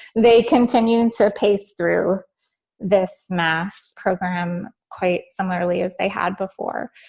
they continued to pace through this mass program quite similar early as they had before.